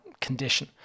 condition